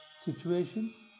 situations